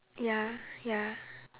ya ya